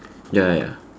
ya ya ya